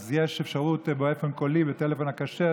אז יש אפשרות באופן קולי בטלפון הכשר,